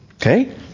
Okay